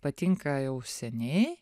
patinka jau seniai